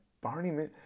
Barney